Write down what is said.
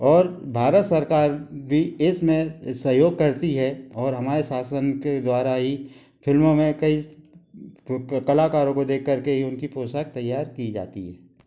और भारत सरकार भी इसमें सहयोग करती है और हमारे शासन के द्वारा ही फिल्मों में कई कलाकारों को देखकर के ही उनकी पोशाक तैयार की जाती है